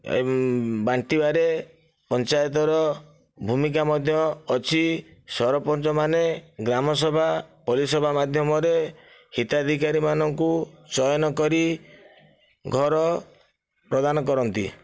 ଏ ବାଣ୍ଟିବାରେ ପଞ୍ଚାୟତର ଭୂମିକା ମଧ୍ୟ ଅଛି ସରପଞ୍ଚ ମାନେ ଗ୍ରାମ ସେବା ପରିସେବା ମାଧ୍ୟମରେ ହିତାଧିକାରୀ ମାନଙ୍କୁ ଚୟନ କରି ଘର ପ୍ରଦାନ କରନ୍ତି